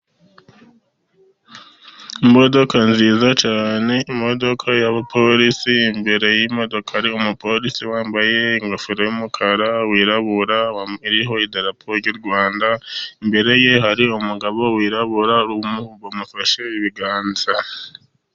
Imodoka nziza cyane, imodoka y'abaporisi, imbere y'imodoka ari umupolisi wambaye ingofero y'umukara wirabura iriho idarapo ry'u Rwanda, imbere ye hari umugabo wirabura, bamufashe ibiganza.